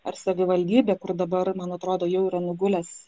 ar savivaldybė kur dabar man atrodo jau yra nugulęs